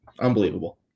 Unbelievable